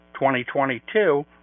2022